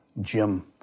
Jim